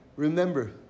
Remember